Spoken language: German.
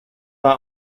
war